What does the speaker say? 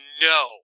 no